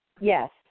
Yes